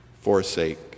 forsake